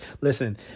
Listen